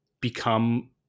become